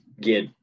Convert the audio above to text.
get